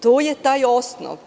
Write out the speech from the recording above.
To je taj osnov.